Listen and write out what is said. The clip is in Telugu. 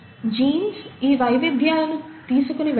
జీన్స్ ఈ వైవిధ్యాలను తీసుకుని వెళ్తాయి